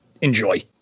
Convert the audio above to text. Enjoy